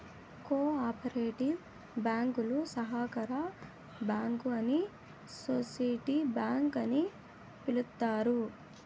co operative బ్యాంకులు సహకార bank అని సోసిటీ బ్యాంక్ అని పిలుత్తారు